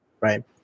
right